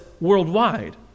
worldwide